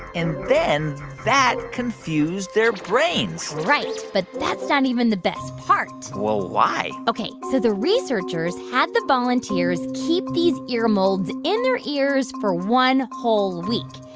and then then that confused their brains right. but that's not even the best part well, why? ok. so the researchers had the volunteers keep these ear molds in their ears for one whole week.